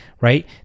right